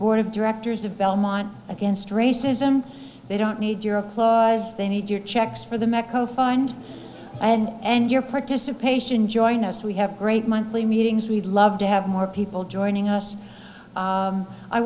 board of directors of belmont against racism they don't need your applause they need your checks for the meco find and and your participation join us we have great monthly meetings we'd love to have more people joining us